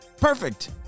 Perfect